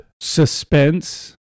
suspense